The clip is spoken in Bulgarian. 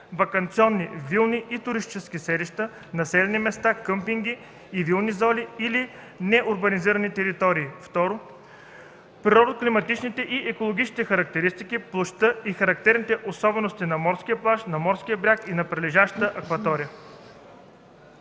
ваканционни, вилни и туристически селища, населени места, къмпинги и вилни зони или неурбанизирани територии; 2. природно-климатичните и екологичните характеристики, площта и характерните особености на морския плаж, на морския бряг и на прилежащата акватория.”